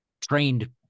trained